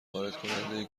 واردکننده